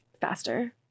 faster